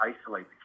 isolate